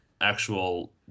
actual